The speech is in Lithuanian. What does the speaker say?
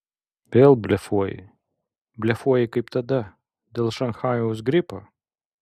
vėl blefuoji blefuoji kaip tada dėl šanchajaus gripo